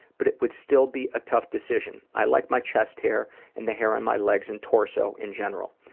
but it would still be a tough decision. i like my chest hair and the hair on my legs and torso in general.